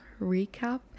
recap